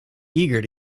eager